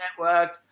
network